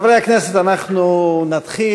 חברי הכנסת, אנחנו נתחיל.